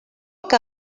que